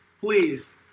Please